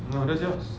no that's yours